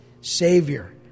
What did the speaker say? Savior